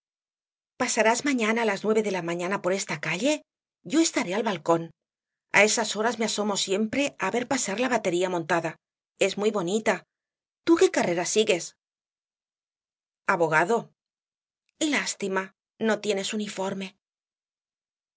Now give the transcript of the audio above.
pasarás mañana á las nueve de la mañana por esta calle yo estaré al balcón a esas horas me asomo siempre á ver pasar la batería montada es muy bonita tú qué carrera sigues abogado lástima no tienes uniforme